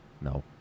No